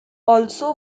also